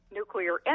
nuclear